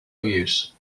use